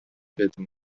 بدون